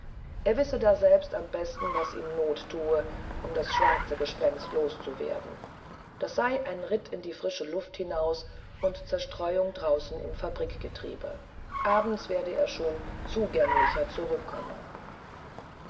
er wisse da selbst am besten was ihm not thue um das schwarze gespenst los zu werden das sei ein ritt in die frische luft hinaus und zerstreuung draußen im fabrikgetriebe abends werde er schon umgänglicher zurückkommen